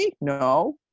No